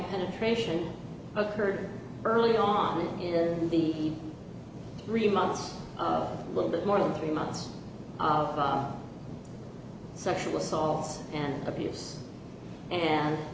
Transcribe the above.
penetration occurred early on in the really months little bit more than three months of sexual assault and abuse and